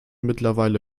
mittlerweile